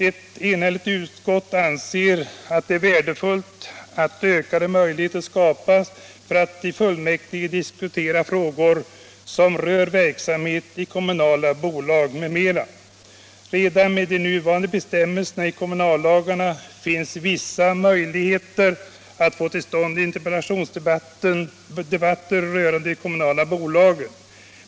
Ett enhälligt utskott anser att det är värdefullt att ökade möjligheter skapas för att i fullmäktige diskutera frågor som rör verksamheten i kommunala bolag m.m. Redan med de nuvarande bestämmelserna i kommunallagarna finns vissa möjligheter att få till stånd interpellationsdebatter rörande de kommunala bolagen.